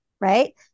Right